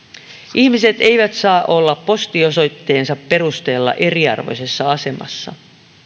ihmiset eivät saa olla postiosoitteensa perusteella eriarvoisessa asemassa